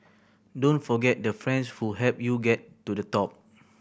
don't forget the friends who helped you get to the top